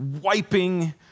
wiping